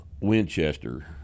Winchester